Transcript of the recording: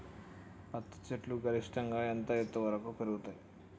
పత్తి చెట్లు గరిష్టంగా ఎంత ఎత్తు వరకు పెరుగుతయ్?